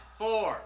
four